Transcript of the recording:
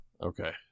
Okay